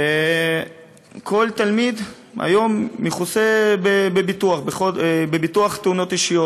וכל תלמיד היום מכוסה בביטוח ביטוח תאונות אישיות.